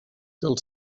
cal